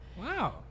Wow